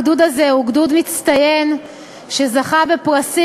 הגדוד הזה הוא גדוד מצטיין שזכה בפרסים,